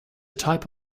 type